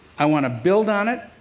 i want to build on it.